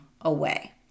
away